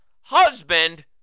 husband